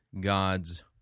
God's